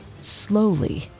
Slowly